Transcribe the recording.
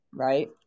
right